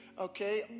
okay